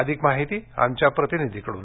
अधिक माहिती आमच्या प्रतिनिधीकडून